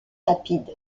rapide